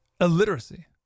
Illiteracy